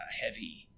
heavy